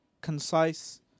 concise